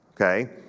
okay